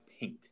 paint